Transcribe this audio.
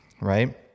right